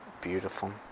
beautiful